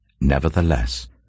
Nevertheless